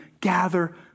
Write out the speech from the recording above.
gather